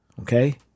Okay